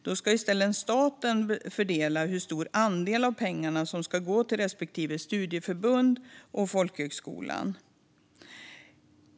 Då ska i stället staten fördela pengarna och bestämma hur stor andel som ska gå till respektive studieförbund och folkhögskola.